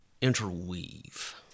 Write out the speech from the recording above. interweave